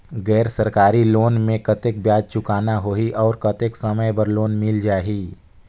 गैर सरकारी लोन मे कतेक ब्याज चुकाना होही और कतेक समय बर लोन मिल जाहि?